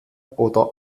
oder